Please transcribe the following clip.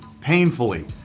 painfully